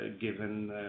given